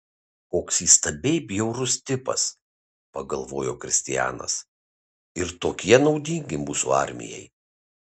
koks įstabiai bjaurus tipas pagalvojo kristianas ir tokie naudingi mūsų armijai